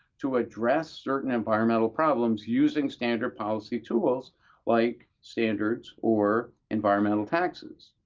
to address certain environmental problems using standard-policy tools like standards or environmental taxes.